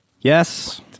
Yes